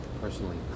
personally